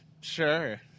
Sure